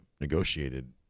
negotiated